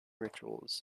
rituals